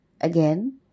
Again